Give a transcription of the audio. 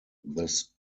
this